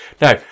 now